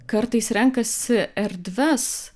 kartais renkasi erdves